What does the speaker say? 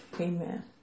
Amen